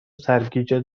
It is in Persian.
سرگیجه